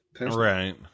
Right